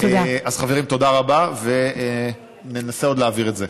אז חברים, תודה רבה, וננסה עוד להעביר את זה.